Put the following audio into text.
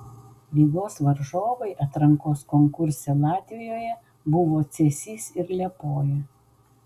rygos varžovai atrankos konkurse latvijoje buvo cėsys ir liepoja